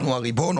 אנחנו הריבון,